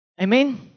Amen